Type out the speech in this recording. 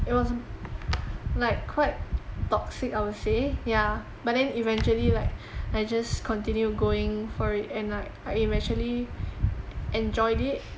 it was like quite toxic I would say ya but then eventually like I just continued going for it and like I eventually e~ enjoyed it